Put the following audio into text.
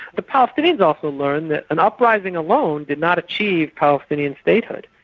the palestinians also learned that an uprising alone did not achieve palestinian status.